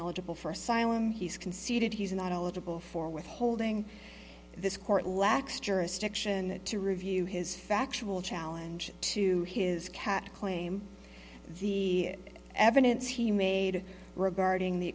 ineligible for asylum he's conceded he's not eligible for withholding this court lacks jurisdiction to review his factual challenge to his cut claim the evidence he made regarding the